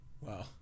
Wow